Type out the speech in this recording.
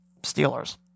Steelers